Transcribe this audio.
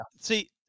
see